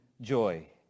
joy